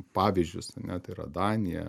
pavyzdžius ane tai yra danija